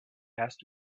asked